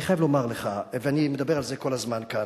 אני חייב לומר לך, ואני מדבר על זה כל הזמן כאן,